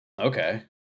Okay